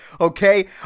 Okay